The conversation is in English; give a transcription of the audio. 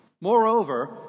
Moreover